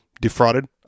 defrauded